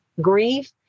grief